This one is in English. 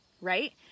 right